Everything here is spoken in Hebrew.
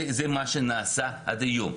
זה מה שנעשה עד היום.